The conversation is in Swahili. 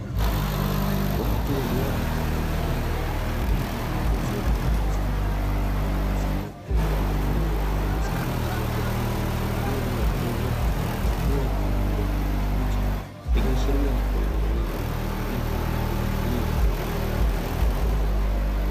Watu waliopo katika eneo lililo tengenezwa na kuezekwa kwa ustadi lenye wa vitalu ama bustani zilizopandwa miche midogo iliyoota na kuchipua kwa rangi ya kijani kibichi, ikiashiria kua ni eneo linalotumika kwaajili ya kilimo cha viwanda